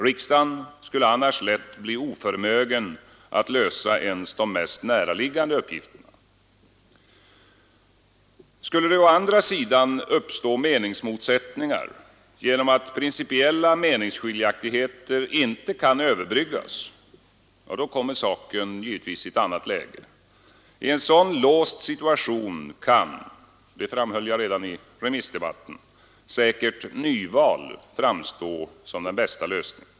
Riksdagen skulle annars lätt bli oförmögen att lösa ens de mest näraliggande uppgifterna. Skulle det å andra sidan uppstå meningsmotsättningar genom att principiella meningsskiljaktigheter inte kan överbryggas, kommer saken givetvis i ett annat läge. I en sådan låst situation kan — som jag framhöll redan under remissdebatten — säkert nyval framstå som den bästa lösningen.